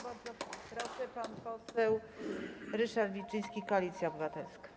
Bardzo proszę, pan poseł Ryszard Wilczyński, Koalicja Obywatelska.